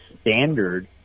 standard